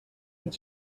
did